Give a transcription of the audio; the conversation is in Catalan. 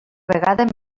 vegada